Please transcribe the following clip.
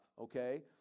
okay